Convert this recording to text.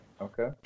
Okay